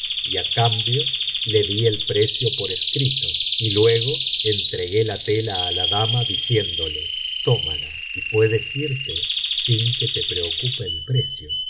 á cambio le di el precio por escrito y luego entregué la tela á la dama diciéndole tómala y puedes irte sin que te preocupe el precio